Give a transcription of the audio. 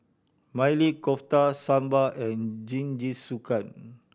Maili Kofta Sambar and Jingisukan